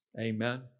Amen